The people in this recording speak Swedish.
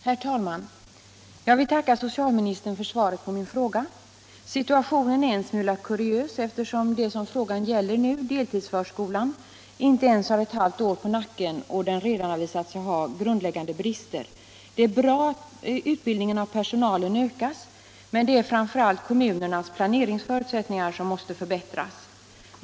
Herr talman! Jag vill tacka socialministern för svaret på min fråga. Situationen är en smula kuriös eftersom det som frågan gäller, deltidsförskolan, inte ens har ett halvt år på nacken och den redan har visat sig ha grundläggande brister. Det är bra att utbildningen av personalen ökas, men det är framför allt kommunernas planeringsförutsättningar som måste förbättras.